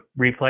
replay